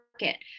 market